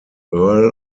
earl